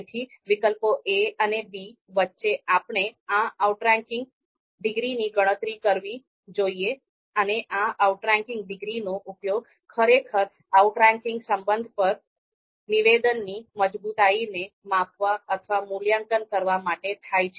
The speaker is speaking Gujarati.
તેથી વિકલ્પો a અને b વચ્ચે આપણે આ આઉટરેંકિંગ ડિગ્રીની ગણતરી કરવી જોઈએ અને આ આઉટરેંકિંગ ડિગ્રીનો ઉપયોગ ખરેખર આઉટરેંકિંગ સંબંધ પરના નિવેદનની મજબૂતાઈને માપવા અથવા મૂલ્યાંકન કરવા માટે થાય છે